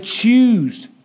choose